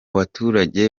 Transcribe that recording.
baturage